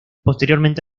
posteriormente